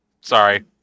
Sorry